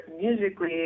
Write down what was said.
musically